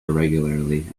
irregularly